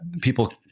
people